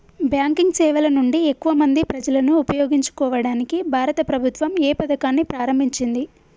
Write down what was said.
Banking సేవల నుండి ఎక్కువ మంది ప్రజలను ఉపయోగించుకోవడానికి భారత ప్రభుత్వం ఏ పథకాన్ని ప్రారంభించింది?